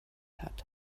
hat